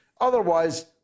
Otherwise